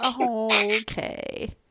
Okay